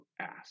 ask